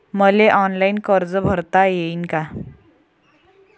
मले ऑनलाईन कर्ज भरता येईन का?